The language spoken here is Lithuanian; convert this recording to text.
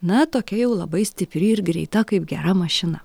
na tokia jau labai stipri ir greita kaip gera mašina